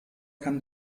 kann